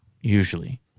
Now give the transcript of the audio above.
Usually